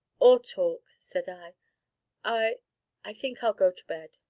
or talk, said i i i think i'll go to bed.